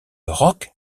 rock